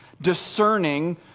discerning